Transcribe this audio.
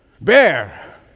Bear